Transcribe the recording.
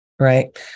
Right